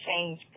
change